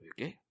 Okay